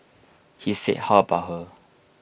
he said how about her